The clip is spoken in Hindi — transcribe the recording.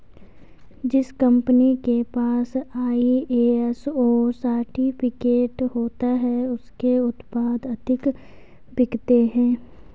जिस कंपनी के पास आई.एस.ओ सर्टिफिकेट होता है उसके उत्पाद अधिक बिकते हैं